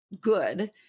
good